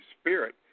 Spirit